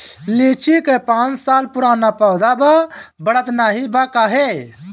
लीची क पांच साल पुराना पौधा बा बढ़त नाहीं बा काहे?